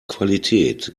qualität